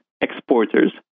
exporters